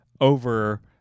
over